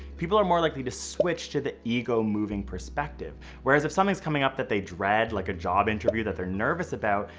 people are more likely to switch to the ego-moving perspective. whereas, if something's coming up that they dread, like a job interview that they're nervous about,